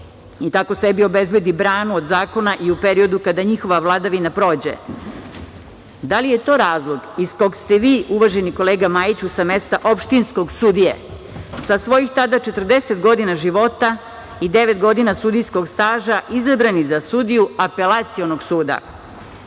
i tako sebi obezbedi branu od zakona i u periodu kada njihova vladavina prođe. Da li je to razlog iz kog ste vi, uvaženi kolega Majiću, sa mesta opštinskog sudije sa svojih tada 40 godina života i devet godina sudijskog staža izabrani za sudiju Apelacionog suda? Uz